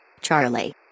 Charlie